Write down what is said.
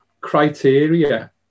criteria